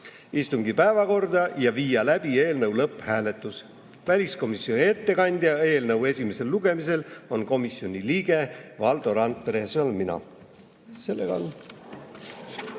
istungi päevakorda ja viia läbi eelnõu lõpphääletus. Väliskomisjoni ettekandja eelnõu esimesel lugemisel on komisjoni liige Valdo Randpere,